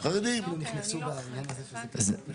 ובגלל זה לא צריך עכשיו שתוכנית תתחיל